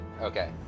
Okay